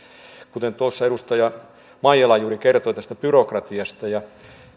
tuossa edustaja maijala juuri kertoi tästä byrokratiasta ja